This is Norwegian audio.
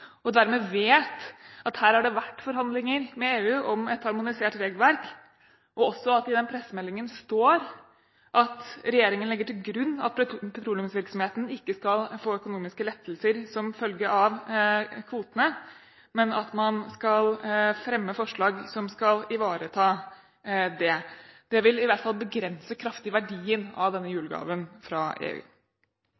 og dermed vet hun at her har det vært forhandlinger med EU om et harmonisert regelverk, og også at det i den pressemeldingen står at regjeringen legger til grunn at petroleumsvirksomheten ikke skal få økonomiske lettelser som følge av kvotene, men at man skal fremme forslag som skal ivareta det. Det vil i hvert fall begrense kraftig verdien av denne